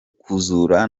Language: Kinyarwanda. kuzura